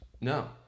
No